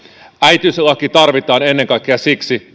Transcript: äitiyslaki tarvitaan ennen kaikkea siksi